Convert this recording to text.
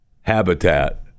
habitat